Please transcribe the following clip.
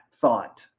thought